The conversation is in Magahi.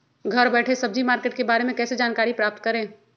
घर बैठे सब्जी मार्केट के बारे में कैसे जानकारी प्राप्त करें?